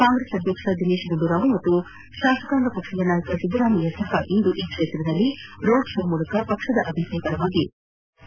ಕಾಂಗ್ರೆಸ್ ಅಧ್ಯಕ್ಷ ದಿನೇಶ್ಗುಂಡೂರಾವ್ ಹಾಗೂ ಶಾಸಕಾಂಗ ಪಕ್ಷದ ನಾಯಕ ಸಿದ್ದರಾಮಯ್ಯ ಸಹ ಇಂದು ಈ ಕ್ಷೇತ್ರದಲ್ಲಿ ರೋಡ್ ಶೋ ಮೂಲಕ ಪಕ್ಷದ ಅಭ್ಯರ್ಥಿ ಪರ ಮತಯಾಚಿಸಲಿದ್ದಾರೆ